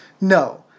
No